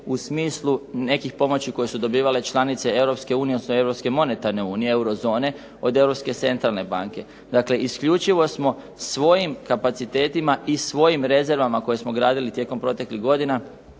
u smislu nekih pomoći koje su dobivale članice Europske unije, odnosno Europske monetarne unije, eurozone od Europske centralne banke. Dakle, isključivo smo svojim kapacitetima i svojim rezervama koje smo gradili tijekom proteklih godina